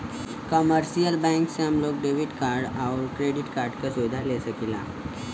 commercial bank से हम लोग डेबिट कार्ड आउर क्रेडिट कार्ड क सुविधा ले सकीला